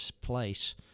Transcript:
place